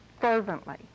fervently